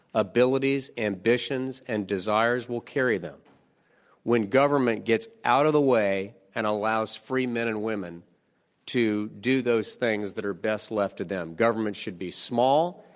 abilities, ambitions, and desires will carry them when government gets out of the way and allows free men and women to do those things that are best left to them. government should be small.